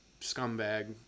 scumbag